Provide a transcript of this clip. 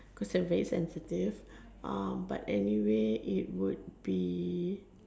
cause I am very sensitive uh but anyway it would be